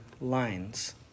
lines